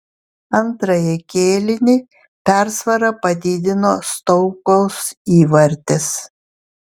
antrąjį kėlinį persvarą padidino stoukaus įvartis